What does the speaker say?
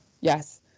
Yes